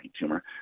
tumor